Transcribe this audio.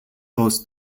aus